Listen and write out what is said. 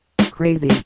Crazy